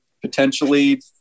potentially